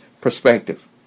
perspective